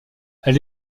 elle